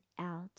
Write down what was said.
out